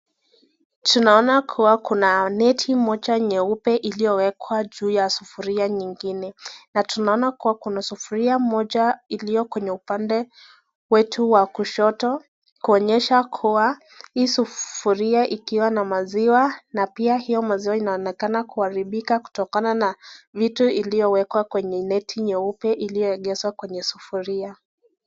Tunaona kuwa kuna neti moja nyeupe iliyowekwa juu ya sufuria nyingine, na tunaona kuwa kuna sufuria moja iliyokwenye upande watu wa kushoto, kuonyesha kuwa hii sufuria ikiwa na maziwa na pia hiyo maziwa inaonekana kuharibika kutokana na vitu iliyowekwa kwenye neti nyeupe iliyoegezwa kwenye sufuria.